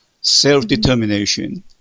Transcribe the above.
Self-determination